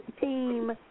team